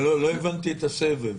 לא הבנתי את הסבב.